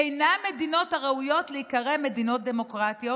אינן מדינות הראויות להיקרא מדינות דמוקרטיות